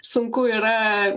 sunku yra